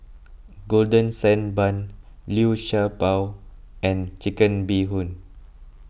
Golden Sand Bun Liu Sha Bao and Chicken Bee Hoon